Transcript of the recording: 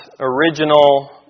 original